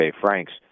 Franks